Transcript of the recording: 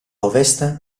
ovest